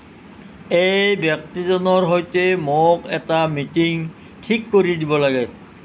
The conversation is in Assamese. এই ব্যক্তি জনৰ সৈতে মোক এটা মিটিং ঠিক কৰি দিব লাগে